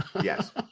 Yes